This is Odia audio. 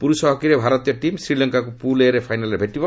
ପୁରୁଷ ହକିରେ ଭାରତୀୟ ଟିମ୍ ଶ୍ରୀଲଙ୍କାକୁ ପୁଲ୍ ଏ ର ଫାଇନାଲ୍ରେ ଭେଟିବ